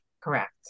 Correct